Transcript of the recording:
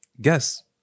Guess